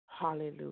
Hallelujah